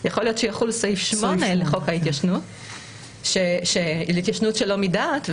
יכול להיות שיחול סעיף 8 לחוק ההתיישנות שלא מדעת,